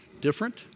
Different